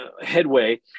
headway